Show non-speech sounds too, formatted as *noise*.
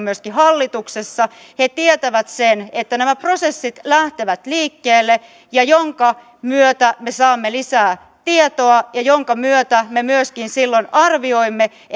*unintelligible* myöskin hallituksessa he tietävät sen että nämä prosessit lähtevät liikkeelle ja sen myötä me saamme lisää tietoa ja sen myötä me myöskin silloin arvioimme